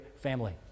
family